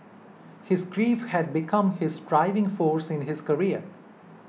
his grief had become his driving force in his career